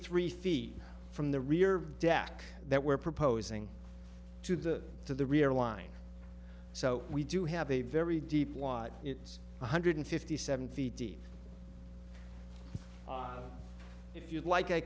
three feet from the rear deck that we're proposing to the to the rear line so we do have a very deep wad it's one hundred fifty seven feet deep if you'd like i